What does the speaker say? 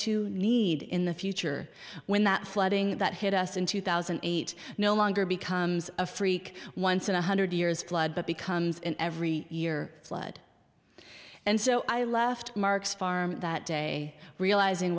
to need in the future when that flooding that hit us in two thousand and eight no longer becomes a freak once in a hundred years flood but becomes an every year flood and so i left mark's farm that day realising